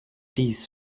dies